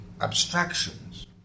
abstractions